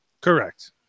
Correct